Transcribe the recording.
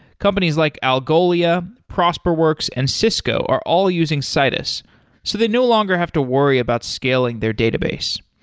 companies like algolia, prosperworks and cisco are all using citus so they no longer have to worry about scaling their database.